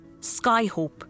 Skyhope